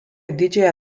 didžiąją